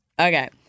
Okay